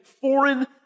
foreign